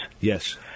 Yes